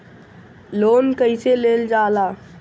Loan कईसे लेल जाला?